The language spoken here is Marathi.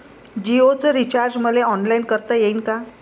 जीओच रिचार्ज मले ऑनलाईन करता येईन का?